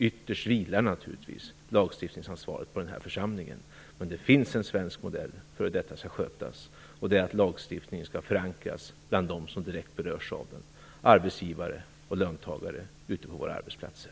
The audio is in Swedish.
Ytterst vilar naturligtvis lagstiftningsansvaret på denna församling, men det finns en svensk modell för hur detta skall skötas. Det är att lagstiftningen skall förankras bland dem som direkt berörs av den; arbetsgivare och löntagare ute på våra arbetsplatser.